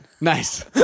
Nice